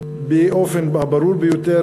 באופן הברור ביותר,